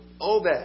Obed